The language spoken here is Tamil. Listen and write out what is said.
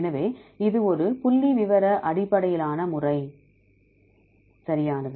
எனவே இது ஒரு புள்ளிவிவர அடிப்படையிலான முறை சரியானது